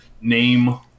name